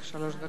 בסוף הרשימה.